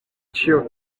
ĉio